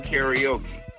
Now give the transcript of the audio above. Karaoke